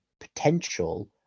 potential